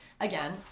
Again